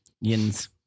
Yins